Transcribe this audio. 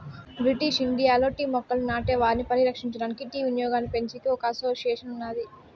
British ఇండియాలో tea మొక్కలను నాటే వారిని పరిరక్షించడానికి, టీ వినియోగాన్నిపెంచేకి ఒక అసోసియేషన్ ఉన్నాది